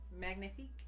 magnifique